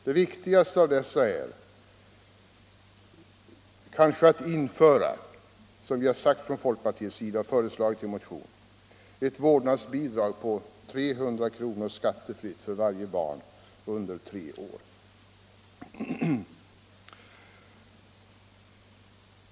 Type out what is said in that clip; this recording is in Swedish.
Den viktigaste åtgärden i det fallet är kanske, som vi har framhållit från folkpartiets sida och föreslagit i en motion, att införa ett vårdnadsbidrag på 300 kr. skattefritt för varje barn under tre år.